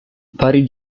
vari